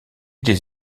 des